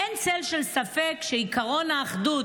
אין צל של ספק שעקרון האחידות,